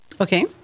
Okay